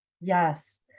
Yes